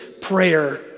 prayer